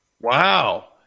Wow